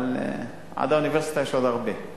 אבל עד האוניברסיטה יש עוד הרבה.